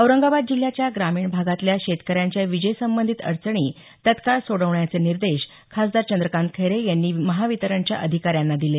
औरंगाबाद जिल्ह्याच्या ग्रामीण भागातल्या शेतकऱ्यांच्या विजेसंबंधीत अडचणी तात्काळ सोडवण्याचे निर्देश खासदार चंद्रकांत खैरे यांनी महावितरणच्या अधिकाऱ्यांना दिले